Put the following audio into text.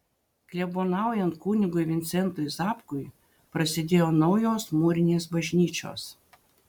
klebonaujant kunigui vincentui zapkui prasidėjo naujos mūrinės bažnyčios